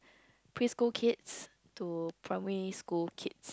pre school kids to primary school kids